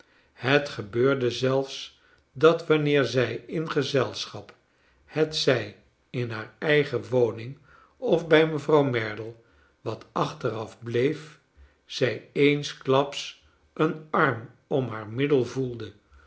het gebeurde zelfs dat wanneer zij in gezelschap hetzij in haar eigen woning of bij mevrouw merdle wat achteraf bleef zij eensklaps zijn arm om haar middel voelde